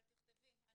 אבל תכתבי זאת שמרית,